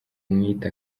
mwita